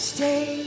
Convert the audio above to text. Stay